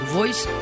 Voice